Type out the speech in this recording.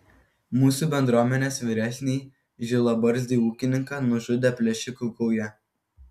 mūsų bendruomenės vyresnįjį žilabarzdį ūkininką nužudė plėšikų gauja